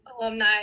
alumni